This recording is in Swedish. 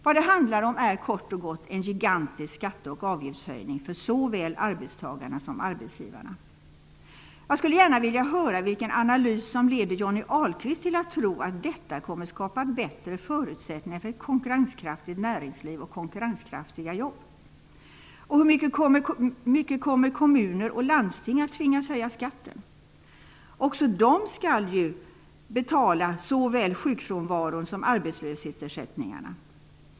Vad det handlar om är kort och gott en gigantisk skatte och avgiftshöjning för såväl arbetstagarna som arbetsgivarna. Jag skulle gärna vilja höra vilken analys som leder Johnny Ahlqvist till att tro att detta kommer att skapa bättre förutsättningar för ett konkurrenskraftigt näringsliv och konkurrenskraftiga jobb. Och hur mycket kommer kommuner och landsting att tvingas höja skatten? Också de skall ju betala såväl sjukfrånvaron som arbetslöshetsersättningarna.